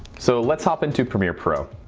so let's hop into premiere pro.